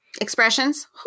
expressions